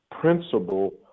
principle